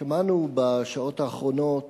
שמענו בשעות האחרונות